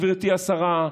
גברתי השרה,